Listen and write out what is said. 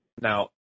now